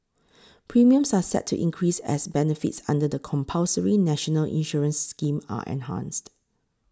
premiums are set to increase as benefits under the compulsory national insurance scheme are enhanced